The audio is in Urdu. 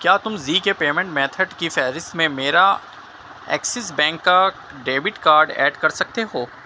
کیا تم زی کے پیمنٹ میتھڈ کی فہرست میں میرا ایکسس بینک کا ڈیبٹ کارڈ ایڈ کر سکتے ہو